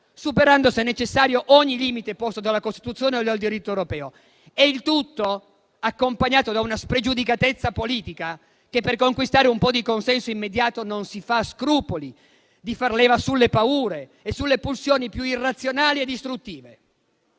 superando, se necessario, ogni limite posto dalla Costituzione o dal diritto europeo. Il tutto, accompagnato da una spregiudicatezza politica che, per conquistare un po' di consenso immediato, non si fa scrupoli di far leva sulle paure e sulle pulsioni più irrazionali e distruttive.